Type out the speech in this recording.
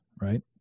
right